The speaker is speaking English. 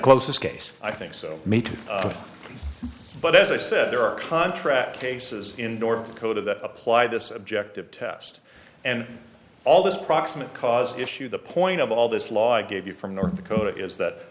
close case i think so but as i said there are contract aces in north dakota that apply this objective test and all this proximate cause issue the point of all this law i gave you from north dakota is that